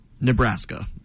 Nebraska